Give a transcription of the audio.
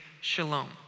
shalom